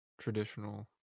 traditional